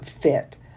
fit